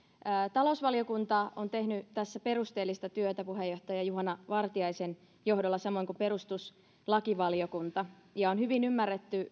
talousvaliokunta on tehnyt tässä perusteellista työtä puheenjohtaja juhana vartiaisen johdolla samoin kuin perustuslakivaliokunta näissä mietinnöissä ja lausunnoissa on hyvin ymmärretty